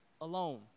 alone